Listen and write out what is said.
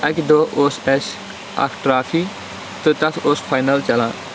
اَکہِ دۄہ اوس اَسہِ اَکھ ٹرٛافی تہٕ تَتھ اوس فاینَل چَلان